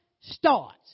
starts